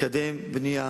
לקדם בנייה לגובה.